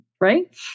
right